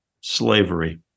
slavery